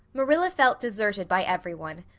marilla felt deserted by everyone.